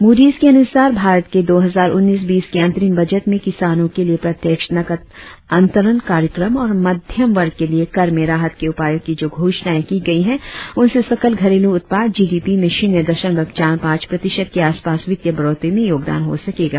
Moody's के अनुसार भारत के दो हजार उन्नीस बीस के अंतरिम बजट में किसानों के लिए प्रत्यक्ष नकद अंतरण कार्यक्रम और मध्यम वर्ग के लिए कर में राहत के उपयों की जो घोषणाएं की गई है उनसे सकल घरेलू उत्पाद जी डी पी में शून्य दशमलव चार पांच प्रतिशत के आस पास वित्तीय बढोत्ती में योगदान हो सकेगा